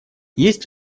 есть